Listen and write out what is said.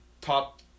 top